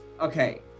okay